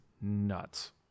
nuts